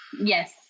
Yes